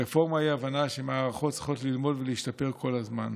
רפורמה היא הבנה שמערכות צריכות ללמוד ולהשתפר כל הזמן.